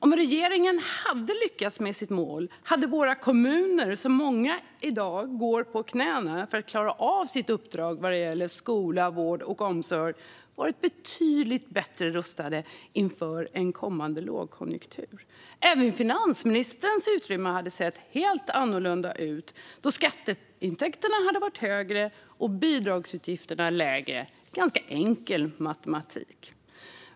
Om regeringen hade lyckats med sitt mål hade våra kommuner, av vilka många i dag går på knäna för att klara sitt uppdrag vad det gäller skola, vård och omsorg, varit betydligt bättre rustade inför en kommande lågkonjunktur. Även finansministerns utrymme hade sett helt annorlunda ut, då skatteintäkterna hade varit högre och bidragsutgifterna lägre - ganska enkel matematik.